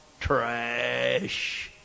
trash